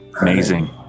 Amazing